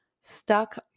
stuck